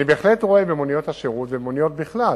אני בהחלט רואה במוניות שירות ובמוניות בכלל